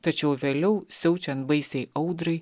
tačiau vėliau siaučiant baisiai audrai